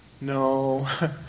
No